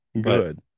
Good